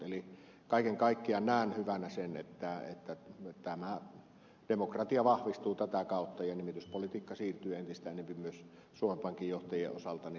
eli kaiken kaikkiaan näen hyvänä sen että tämä demokratia vahvistuu tätä kautta ja nimityspolitiikka siirtyy entistä enempi myös suomen pankin johtajien osalta tänne eduskuntaan